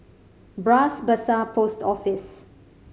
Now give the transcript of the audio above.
Bras Basah Post Office